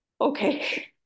okay